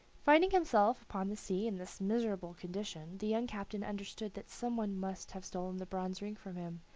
finding himself upon the sea in this miserable condition, the young captain understood that some one must have stolen the bronze ring from him,